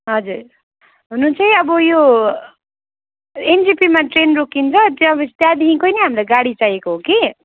हजुर हुनु चाहिँ अब यो एनजेपिमा ट्रेन रोकिन्छ त्यहाँ अब त्यहाँदेखिन् पनि हामीलाई गाडी चाहिएको हो कि